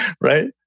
right